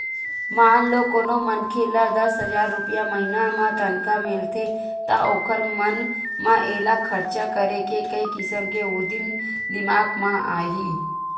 मान लो कोनो मनखे ल दस हजार रूपिया महिना म तनखा मिलथे त ओखर मन म एला खरचा करे के कइ किसम के उदिम दिमाक म आही